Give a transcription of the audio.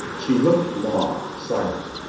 she looked long, silent.